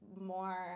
more